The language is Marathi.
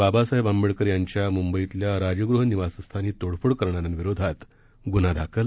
बाबासाहेब आंबेडकर यांच्या मुंबईतल्या राजगृह निवासस्थानी तोडफोड करणाऱ्यांविरोधात गुन्हा दाखल